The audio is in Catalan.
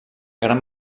gran